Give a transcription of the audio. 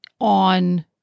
on